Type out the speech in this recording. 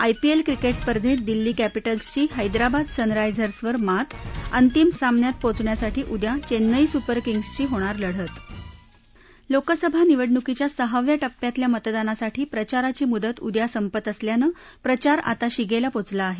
IPL cricket स्पर्धेत दिल्ली कॅपिटल्सची हैदराबाद सनरायजर्सवर मात अंतिम सामन्यात पोचण्यासाठी उद्या चेन्नई सुपर किंग्जशी होणार लढत लोकसभा निवडणुकीच्या सहाव्या टप्प्यातल्या मतदानासाठी प्रचाराची मुदत उद्या संपत असल्यानं प्रचार आता शिगेला पोचला आहे